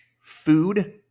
food